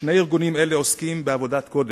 שני ארגונים אלו עוסקים בעבודת קודש,